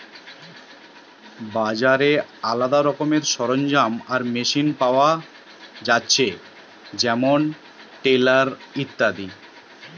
বাজারে আলদা রকমের সরঞ্জাম আর মেশিন পাওয়া যায়তিছে যেমন টিলার ইত্যাদি